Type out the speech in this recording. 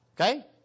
Okay